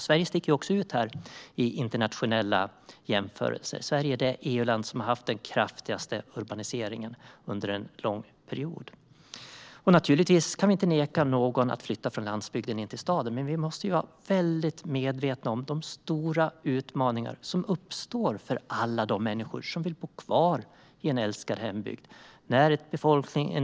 Sverige sticker också ut i internationella jämförelser. Sverige är det EU-land som har haft den kraftigaste urbaniseringen under en lång period. Naturligtvis kan vi inte neka någon att flytta från landsbygden in till staden, men vi måste vara väldigt medvetna om de stora utmaningar som uppstår för alla de människor som vill bo kvar i en älskad hembygd.